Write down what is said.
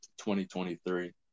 2023